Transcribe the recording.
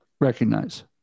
recognize